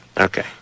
Okay